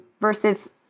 versus